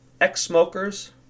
Ex-smokers